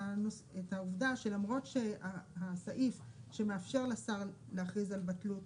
העובדה שלמרות שהסעיף שמאפשר לשר להכריז על התלות,